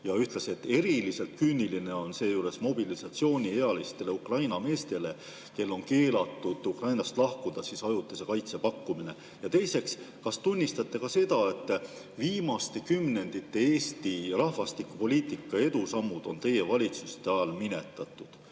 ühtlasi, et eriliselt küüniline on seejuures mobilisatsiooniealistele Ukraina meestele, kellel on keelatud Ukrainast lahkuda, ajutise kaitse pakkumine? Ja teiseks, kas tunnistate ka seda, et viimaste kümnendite Eesti rahvastikupoliitika edusammud on teie valitsuste ajal minetatud?